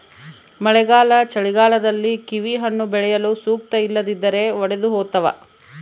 ಮಳೆಗಾಲ ಚಳಿಗಾಲದಲ್ಲಿ ಕಿವಿಹಣ್ಣು ಬೆಳೆಯಲು ಸೂಕ್ತ ಇಲ್ಲದಿದ್ದರೆ ಒಡೆದುಹೋತವ